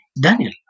Daniel